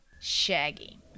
Shaggy